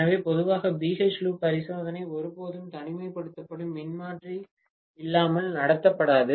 எனவே பொதுவாக BH loop பரிசோதனை ஒருபோதும் தனிமைப்படுத்தும் மின்மாற்றி இல்லாமல் நடத்தப்படாது